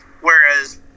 Whereas